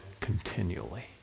continually